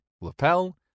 lapel